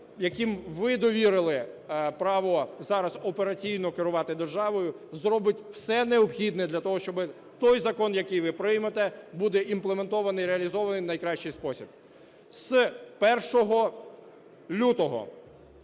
якому ви довірили право зараз операційно керувати державою, зробить все необхідне для того, щоб той закон, який ви приймете буде імплементований і реалізований в найкращий спосіб. З 1 лютого